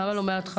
למה לא מהתחלה?